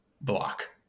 block